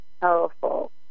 powerful